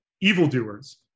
evildoers